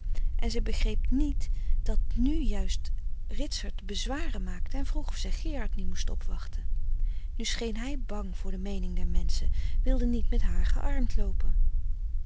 en zij begreep niet dat nu juist ritsert bezwaren maakte en vroeg of zij gerard niet moest opwachten nu scheen hij bang voor de meening der menschen wilde niet met haar geärmd loopen